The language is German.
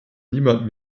niemand